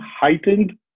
heightened